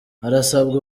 harasabwa